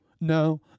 no